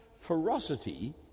ferocity